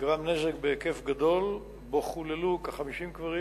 נגרם נזק בהיקף גדול, חוללו בו כ-50 קברים